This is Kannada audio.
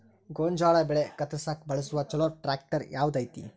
ಗೋಂಜಾಳ ಬೆಳೆ ಕತ್ರಸಾಕ್ ಬಳಸುವ ಛಲೋ ಟ್ರ್ಯಾಕ್ಟರ್ ಯಾವ್ದ್ ಐತಿ?